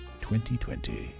2020